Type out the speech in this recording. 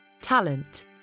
talent